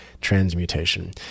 transmutation